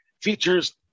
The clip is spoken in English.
features